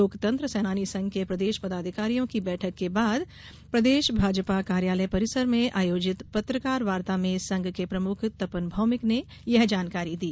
लोकतंत्र सेनानी संघ के प्रदेश पदाधिकारियों की बैठक के बाद प्रदेश भाजपा कार्यालय परिसर में आयोजित पत्रकार वार्ता में संघ के प्रमुख तपन भौमिक ने यह जानकारी दी